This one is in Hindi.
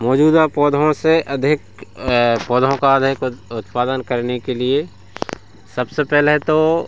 मौजूदा पौधों से अधिक पौधों का अधिक उत्पादन करने के लिए सबसे पहले तो